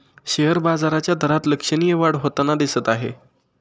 share बाजाराच्या दरात लक्षणीय वाढ होताना दिसत आहे